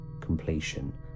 completion